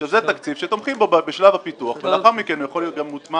שזה תקציב שתומכים בו בשלב הפיתוח ולאחר מכן יכול להיות גם מוטמע